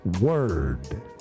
word